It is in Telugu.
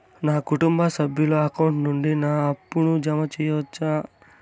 నా కుటుంబ సభ్యుల అకౌంట్ నుండి నా అప్పును జామ సెయవచ్చునా?